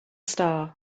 star